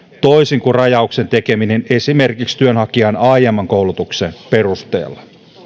toisin kuin rajauksen tekeminen esimerkiksi työnhakijan aiemman koulutuksen perusteella